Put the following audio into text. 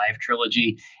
trilogy